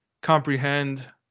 comprehend